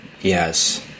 Yes